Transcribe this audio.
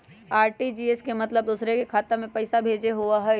RTGS के मतलब दूसरे के खाता में पईसा भेजे होअ हई?